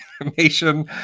information